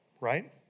Right